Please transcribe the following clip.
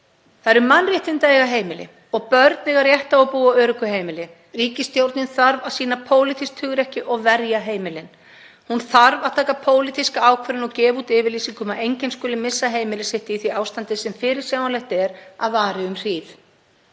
Það eru mannréttindi að eiga heimili og börn eiga rétt á að búa á öruggu heimili. Ríkisstjórnin þarf að sýna pólitískt hugrekki og verja heimilin. Hún þarf að taka pólitíska ákvörðun og gefa út yfirlýsingu um að enginn skuli missa heimili sitt í því ástandi sem fyrirsjáanlegt er að vari um hríð.